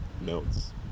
notes